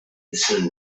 hessen